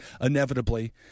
inevitably—